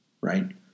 right